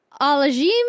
Alajim